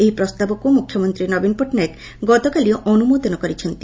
ଏହି ପ୍ରସ୍ତାବକୁ ମୁଖ୍ୟମନ୍ତୀ ନବୀନ ପଟ୍ଟନାୟକ ଗତକାଲି ଅନୁମୋଦନ କରିଛନ୍ତି